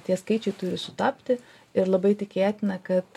tie skaičiai turi sutapti ir labai tikėtina kad